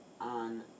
on